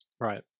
Right